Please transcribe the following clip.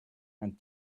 and